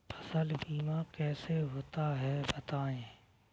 फसल बीमा कैसे होता है बताएँ?